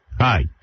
Hi